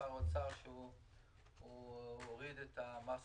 בשר האוצר שהוריד את מס הרכישה.